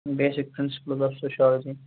basic principle of sociology